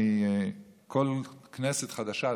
כל כנסת חדשה,